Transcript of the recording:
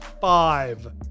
five